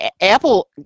Apple